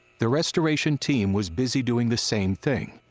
the restoration team was busy doing the same thing,